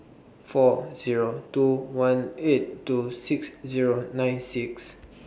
four Zero two one eight two six Zero nine six